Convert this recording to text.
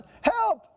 Help